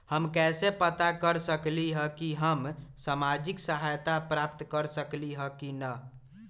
हम कैसे पता कर सकली ह की हम सामाजिक सहायता प्राप्त कर सकली ह की न?